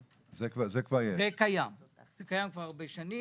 זה כבר קיים הרבה שנים.